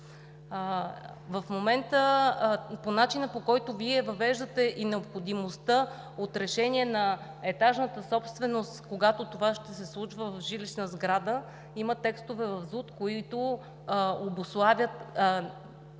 В момента по начина, по който Вие въвеждате и необходимостта от решение на етажната собственост, когато това ще се случва в жилищна сграда, има текстове в Закона за